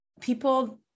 people